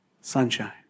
sunshine